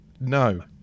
No